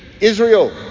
israel